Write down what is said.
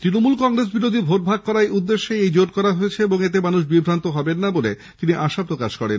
তৃণমূল কংগ্রেস বিরোধীভোট ভাগ করার উদ্দেশ্যে এই জোট করা হয়েছে এবং এতে মানুষ বিভ্রান্ত হবে না বলে তিনি আশা প্রকাশ করেন